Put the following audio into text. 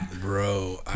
bro